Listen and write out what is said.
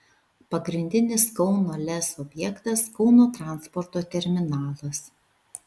pagrindinis kauno lez objektas kauno transporto terminalas